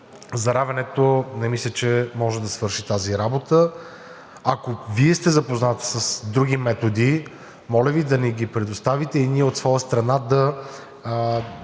заравянето не мисля, че може да свърши тази работа. Ако Вие сте запознати с други методи, моля Ви да ни ги предоставите и ние от своя страна да